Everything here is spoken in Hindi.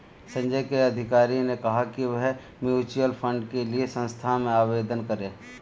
संजय के अधिकारी ने कहा कि वह म्यूच्यूअल फंड के लिए संस्था में आवेदन करें